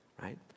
right